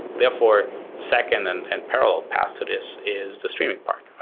therefore the second and and parallel path to this is the streaming part, right,